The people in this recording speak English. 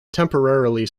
temporarily